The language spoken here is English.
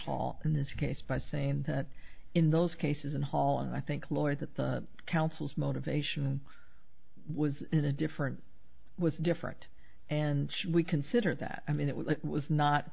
fall in this case by saying that in those cases and hall and i think lawyers that the counsel's motivation was in a different was different and should we consider that i mean it was not